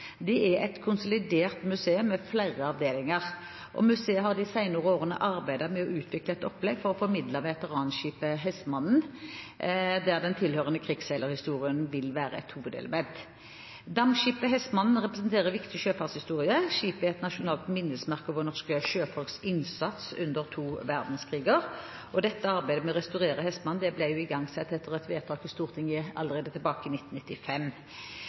Det er et konsolidert museum med flere avdelinger. Museet har de senere årene arbeidet med å utvikle et opplegg for å formidle veteranskipet Hestmanden, der den tilhørende krigsseilerhistorien vil være et hovedelement. Dampskipet Hestmanden representerer viktig sjøfartshistorie. Skipet er et nasjonalt minnesmerke over norske sjøfolks innsats under to verdenskriger. Arbeidet med å restaurere Hestmanden ble igangsatt etter et vedtak i Stortinget allerede tilbake i 1995.